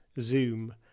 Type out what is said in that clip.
zoom